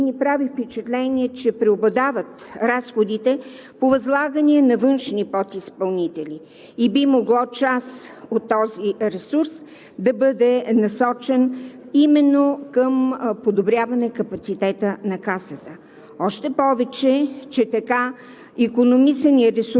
От отчетите на бюджетите на НЗОК в последните години прави впечатление, че преобладават разходите по възлагания на външни подизпълнители и би могло част от този ресурс да бъде насочен именно към подобряване капацитета на Касата,